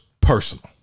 personal